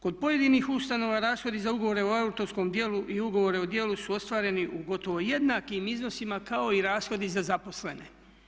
Kod pojedinih ustanova rashodi za ugovore o autorskom djelu i ugovore o djelu su ostvareni u gotovo jednakim iznosima kao i rashodi za zaposlene.